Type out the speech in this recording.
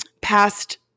past